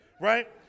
right